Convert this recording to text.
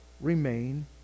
remain